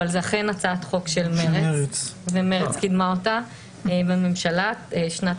אבל זו אכן הצעת חוק של מרצ ומרצ קידמה אותה בממשלה בשנת